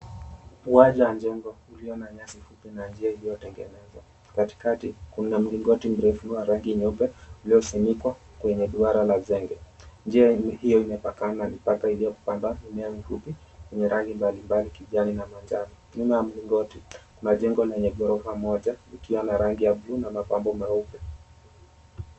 Uwanja wanjengo ulio na nyasi fupi na njia iliyotengenezwa. Katikati kuna mlingoti mrefu wa rangi nyeupe uliosinikwa kwenye duara la zenge. Njia hiyo imepakana mipaka iliyopandwa mimea mifupi yenye rangi mbali mbali kijani na manjano. Nyuma ya mlingoti kuna jengo lenye ghorofa moja likiwa na rangi ya bluu na mapambo meupe.